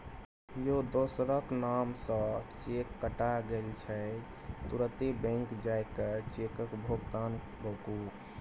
यौ दोसरक नाम सँ चेक कटा गेल छै तुरते बैंक जाए कय चेकक भोगतान रोकु